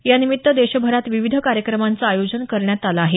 यानिमित्त देशभरात विविध कार्यक्रमांचं आयोजन करण्यात आलं आहे